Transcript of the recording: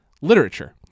literature